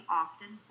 often